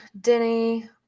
Denny